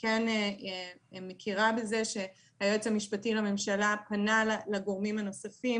אני מכירה בזה שהיועץ המשפטי לממשלה פנה לגורמים הנוספים